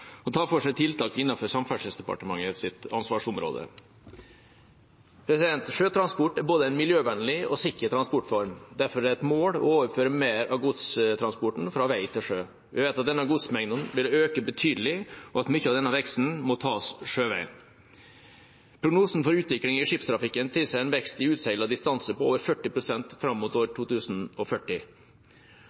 og tar for seg tiltak innenfor Samferdselsdepartementets ansvarsområde. Sjøtransport er både en miljøvennlig og en sikker transportform. Derfor er det et mål å overføre mer av godstransporten fra vei til sjø. Vi vet at godsmengden vil øke betydelig, og at mye av denne veksten må tas sjøveien. Prognosene for utvikling i skipstrafikken tilsier en vekst i utseilt distanse på over 40 pst. fram mot 2040.